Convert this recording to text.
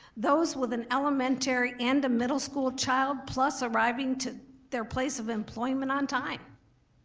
those with an elementary and a middle school child plus arriving to their place of employment on time.